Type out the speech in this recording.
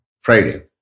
Friday